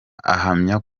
ahamya